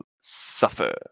suffer